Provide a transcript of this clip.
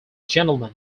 gentleman